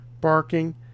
barking